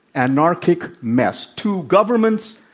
anarchic mess two governments,